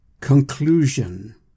conclusion